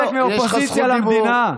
אתה חלק מאופוזיציה למדינה,